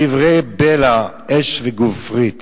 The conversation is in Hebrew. דברי בלע, אש וגופרית